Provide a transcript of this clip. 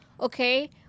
okay